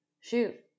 Shoot